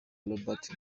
robert